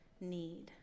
need